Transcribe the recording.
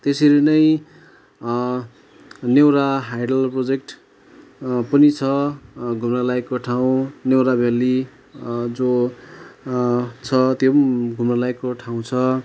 त्यसरी नै Neora hydel project पनि छ घुम्नलायकको ठाउँ न्योरा भ्याल्ली जो छ त्यो पनि घुम्न लायकको ठाउँ छ